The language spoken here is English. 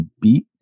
beat